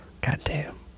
Goddamn